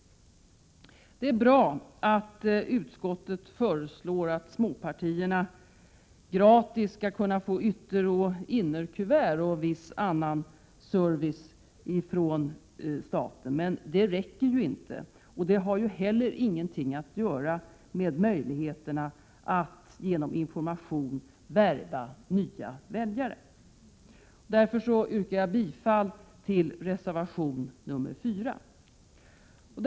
Det är bra att utskottet föreslår att småpartierna gratis skall få ytteroch innerkuvert och viss annan service ifrån staten. Men det räcker ju inte, och det har heller ingenting att göra med möjligheterna att genom information värva nya väljare. Därför yrkar jag bifall till reservation 14.